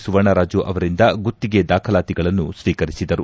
ಸುವರ್ಣರಾಜು ಅವರಿಂದ ಗುತ್ತಿಗೆ ದಾಖಲಾತಿಗಳನ್ನು ಸ್ವೀಕರಿಸಿದರು